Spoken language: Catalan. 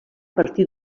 partir